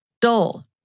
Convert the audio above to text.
dull